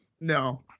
No